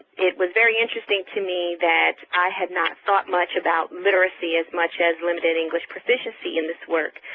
it was very interesting to me that i had not thought much about literacy as much as limited english proficiency in this work